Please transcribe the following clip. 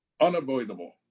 unavoidable